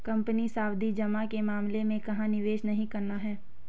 Company सावधि जमा के मामले में कहाँ निवेश नहीं करना है?